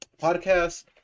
podcast